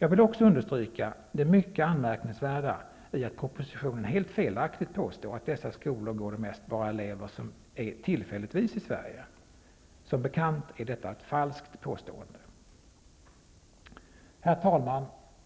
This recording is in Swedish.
Jag vill också understryka det mycket anmärkningsvärda i att propositionen helt felaktigt påstår att i dessa skolor går mest bara elever som är tillfälligtvis i Sverige. Som bekant är detta ett falskt påstående. Herr talman!